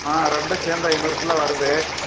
ரெண்டும் சேர்ந்து ஐநூறு கிலோ வருது